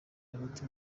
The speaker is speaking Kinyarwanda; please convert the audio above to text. hagati